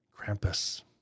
Krampus